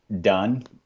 done